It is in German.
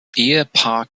ehepaar